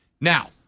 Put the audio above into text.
Now